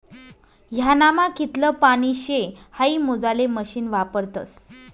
ह्यानामा कितलं पानी शे हाई मोजाले मशीन वापरतस